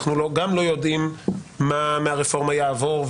אנחנו גם לא יודעים מה מהרפורמה יעבור,